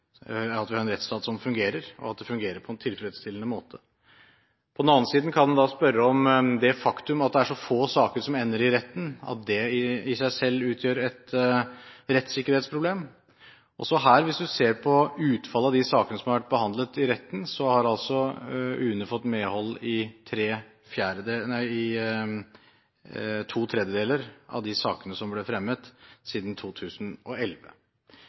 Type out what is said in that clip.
rettsstat som fungerer, og at den fungerer på en tilfredsstillende måte. På den annen side kan man spørre om det faktum at det er så få saker som ender i retten, i seg selv utgjør et rettssikkerhetsproblem. Også her, hvis man ser på utfallet av de sakene som har vært behandlet i retten, har UNE fått medhold i to tredjedeler av de sakene som ble fremmet siden 2011.